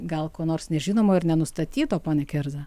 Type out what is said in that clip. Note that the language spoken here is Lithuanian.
gal ko nors nežinomo ir nenustatyto pone kerza